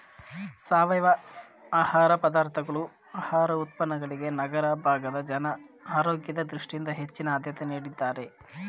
ಸಾವಯವ ಆಹಾರ ಪದಾರ್ಥಗಳು ಆಹಾರ ಉತ್ಪನ್ನಗಳಿಗೆ ನಗರ ಭಾಗದ ಜನ ಆರೋಗ್ಯದ ದೃಷ್ಟಿಯಿಂದ ಹೆಚ್ಚಿನ ಆದ್ಯತೆ ನೀಡಿದ್ದಾರೆ